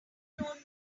known